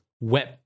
web